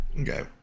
Okay